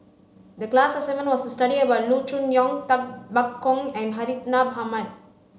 the class assignment was to study about Loo Choon Yong Tay Bak Koi and Hartinah Ahmad